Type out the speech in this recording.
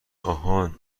آهان